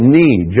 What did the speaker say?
need